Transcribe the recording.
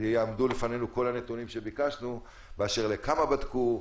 יעמדו לפנינו כל הנתונים שביקשנו באשר לכמה בדקו,